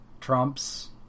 Trump's